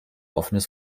offenes